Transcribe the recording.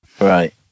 Right